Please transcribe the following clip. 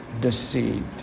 deceived